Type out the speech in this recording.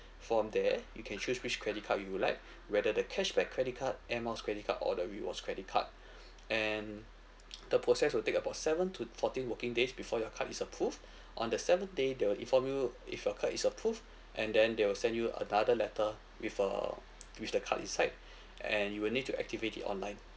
from there you can choose which credit card you would like whether the cashback credit card air miles credit card or the rewards credit card and the process will take about seven to fourteen working days before your card is approved on the seventh day they will inform you if your card is approved and then they will send you another letter with a with the card inside and you will need to activate it online